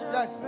Yes